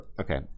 okay